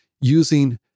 using